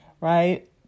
right